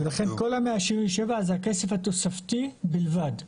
לכן, כל ה-177 זה הכסף התוספתי בלבד.